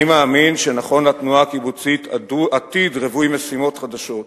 אני מאמין שנכון לתנועה הקיבוצית עתיד רווי משימות חדשות,